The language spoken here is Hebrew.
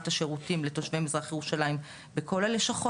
השירותים לתושבי מזרח ירושלים בכל הלשכות.